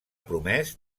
promès